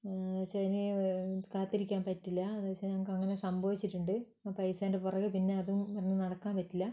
എന്നു വച്ചാൽ ഇനിയും കാത്തിരിക്കാൻ പറ്റില്ല എന്നു വച്ചാൽ നമുക്കങ്ങനെ സംഭവിച്ചിട്ടുണ്ട് പൈസേന്റെ പുറകേ പിന്നെ അതും പറഞ്ഞ് നടക്കാൻ പറ്റില്ല